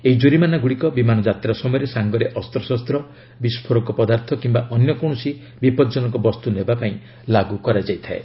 ଏହି କୋରିମାନାଗୁଡ଼ିକ ବିମାନ ଯାତ୍ରା ସମୟରେ ସାଙ୍ଗରେ ଅସ୍ତ୍ରଶସ୍ତ୍ର ବିସ୍କୋରଣ ପଦାର୍ଥ କିମ୍ବା ଅନ୍ୟ କୌଣସି ବିପଜନକ ବସ୍ତୁ ନେବାପାଇଁ ଲାଗୁ କରାଯାଇଥାଏ